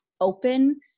open